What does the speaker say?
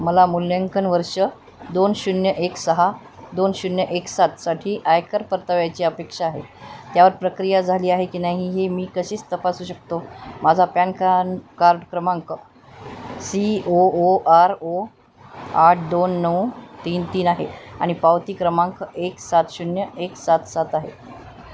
मला मूल्यांकन वर्ष दोन शून्य एक सहा दोन शून्य एक सातसाठी आयकर परताव्याची अपेक्षा आहे त्यावर प्रक्रिया झाली आहे की नाही हे मी कसे तपासू शकतो माझा पॅन कान कार्ड क्रमांक C O O R O आठ दोन नऊ तीन तीन आहे आणि पावती क्रमांक एक सात शून्य एक सात सात आहे